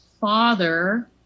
father